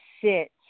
sit